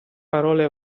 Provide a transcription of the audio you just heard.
parole